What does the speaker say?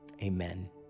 amen